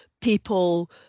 people